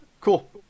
cool